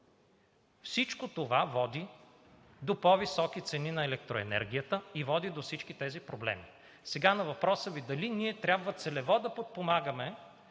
Всичко това води до по-високи цени на електроенергията и води до всички тези проблеми. Сега на въпроса Ви: дали ние трябва целево да подпомагаме